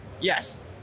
yes